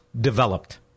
developed